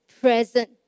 present